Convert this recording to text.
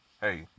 hey